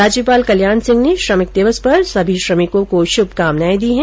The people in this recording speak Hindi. राज्यपाल कल्याण सिंह ने श्रमिक दिवस पर सभी श्रमिकों को शुभकामनाएं दी है